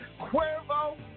Cuervo